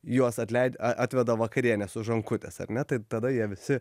juos atleid a atveda vakarienės už rankutės ar ne tai tada jie visi